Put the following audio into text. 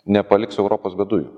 nepaliks europos be dujų